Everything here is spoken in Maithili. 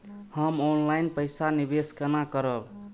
हम ऑनलाइन पैसा निवेश केना करब?